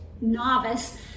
novice